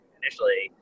initially